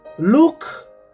Look